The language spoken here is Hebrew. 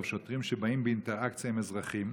שוטרים שבאים באינטראקציה עם אזרחים,